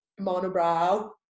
monobrow